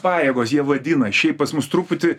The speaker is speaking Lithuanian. pajėgos jie vadina šiaip pas mus truputį